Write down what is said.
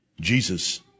Jesus